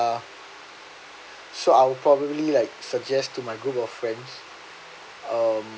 uh so I'll probably like suggest to my group of friends um